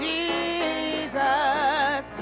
Jesus